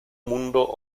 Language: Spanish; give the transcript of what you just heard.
mundo